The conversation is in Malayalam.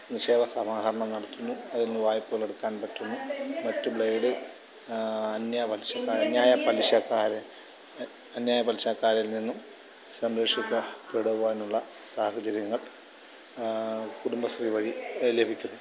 നിക്ഷേപ സമാഹരണം നടത്തുന്നു അതിൽ നിന്ന് വായ്പകൾ എടുക്കാൻ പറ്റുന്നു മറ്റു ബ്ലേഡ് അന്യ പലിശക്കാർ അന്യായ പലിശക്കാർ അന്യായ പലിശക്കാരിൽ നിന്നും സംരക്ഷിക്കപെടുവാനുള്ള സാഹചര്യങ്ങൾ കുടുംബശ്രീ വഴി ലഭിക്കുന്നു